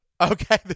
Okay